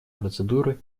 процедуры